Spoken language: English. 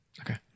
Okay